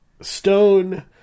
Stone